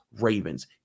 Ravens